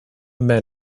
men